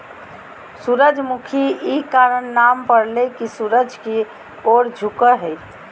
सूरजमुखी इ कारण नाम परले की सूर्य की ओर झुको हइ